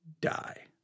die